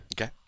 Okay